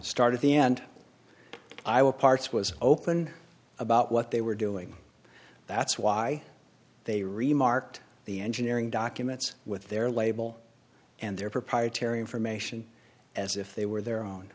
started the end i will parts was open about what they were doing that's why they remarked the engineering documents with their label and their proprietary information as if they were their own